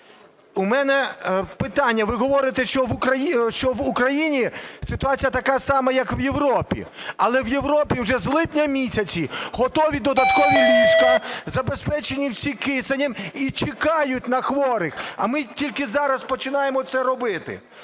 У мене питання. Ви говорите, що в Україні ситуація така сама, як в Європі. Але в Європі вже з липня місяця готові додаткові ліжка, забезпечені всі киснем і чекають на хворих. А ми тільки зараз починаємо це робити.